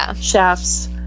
chefs